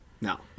No